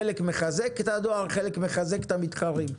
חלק מחזק את הדואר, חלק מחזק את המתחרים.